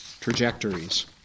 trajectories